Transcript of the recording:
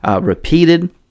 repeated